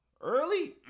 Early